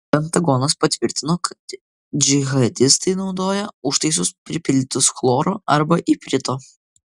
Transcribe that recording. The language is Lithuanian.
pentagonas patvirtino kad džihadistai naudoja užtaisus pripildytus chloro arba iprito